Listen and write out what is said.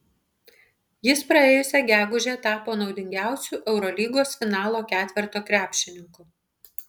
jis praėjusią gegužę tapo naudingiausiu eurolygos finalo ketverto krepšininku